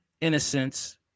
Innocence